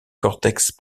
cortex